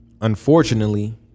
unfortunately